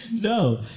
no